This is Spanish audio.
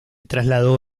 trasladó